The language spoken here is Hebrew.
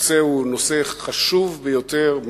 הנושא הוא נושא חשוב ביותר,